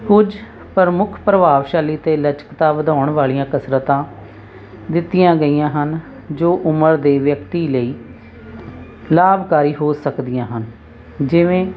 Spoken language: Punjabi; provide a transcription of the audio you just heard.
ਕੁਝ ਪ੍ਰਮੁੱਖ ਪ੍ਰਭਾਵਸ਼ਾਲੀ ਅਤੇ ਲਚਕਤਾ ਵਧਾਉਣ ਵਾਲੀਆਂ ਕਸਰਤਾਂ ਦਿੱਤੀਆਂ ਗਈਆਂ ਹਨ ਜੋ ਉਮਰ ਦੇ ਵਿਅਕਤੀ ਲਈ ਲਾਭਕਾਰੀ ਹੋ ਸਕਦੀਆਂ ਹਨ ਜਿਵੇਂ